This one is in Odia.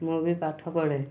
ମୁଁ ବି ପାଠ ପଢ଼େ